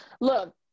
look